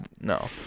No